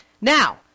Now